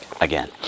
again